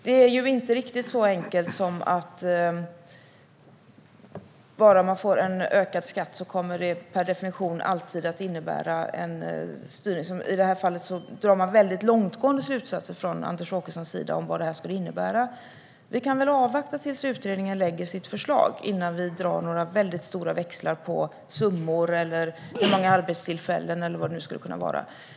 Det är inte riktigt så enkelt som att en ökad skatt per definition alltid kommer att innebära en styrning. Anders Åkesson drar i detta fall väldigt långtgående slutsatser om vad detta skulle innebära. Vi kan väl avvakta tills utredningen har lagt fram sitt förslag innan vi drar stora växlar på summor, försvunna arbetstillfällen eller något annat.